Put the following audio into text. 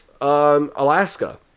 Alaska